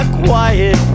quiet